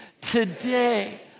today